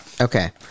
Okay